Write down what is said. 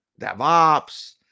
DevOps